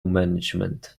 management